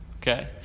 okay